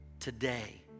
Today